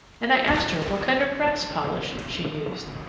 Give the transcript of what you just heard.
and i asked her what kind of brass polish she used.